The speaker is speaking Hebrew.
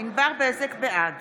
בעד